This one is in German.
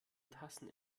tassen